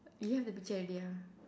you have the picture already ah